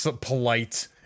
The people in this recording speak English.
polite